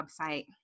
website